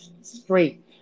straight